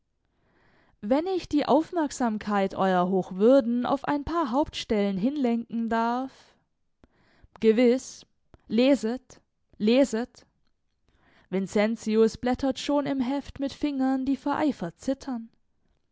wenn ich die aufmerksamkeit euer hochwürden auf ein paar hauptstellen hinlenken darf gewiß leset leset vincentius blättert schon im heft mit fingern die vor eifer zittern